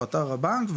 ואתר הבנק,